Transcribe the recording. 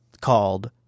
called